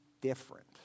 different